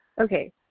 Okay